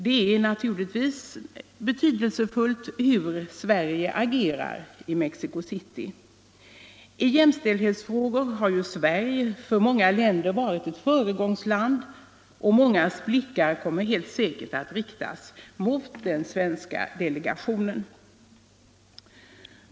Det är helt naturligt betydelsefullt hur Sverige agerar i Mexico City. I jämställdhetsfrågor har Sverige för många länder varit ett föregångsland, och mångas blickar kommer helt säkert att riktas mot den svenska delegationen.